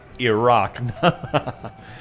Iraq